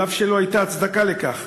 אף שלא הייתה הצדקה לכך,